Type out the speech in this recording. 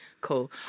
cool